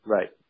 Right